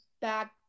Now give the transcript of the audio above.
back